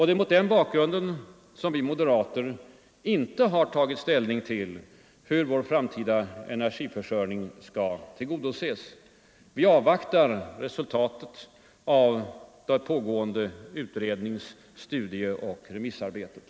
Det är mot den bakgrunden som vi moderater inte har tagit ståndpunkt till hur vår framtida energiförsörjning skall tillgodoses. Vi avvaktar resultatet av det pågående utrednings-, studieoch remissarbetet.